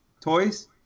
toys